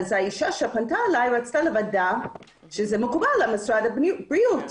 אז האישה שפנתה אליי רצתה לוודא שזה מקובל על משרד הבריאות.